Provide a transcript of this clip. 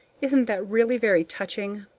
isn't that really very touching?